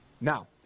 Now